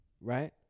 right